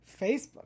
Facebook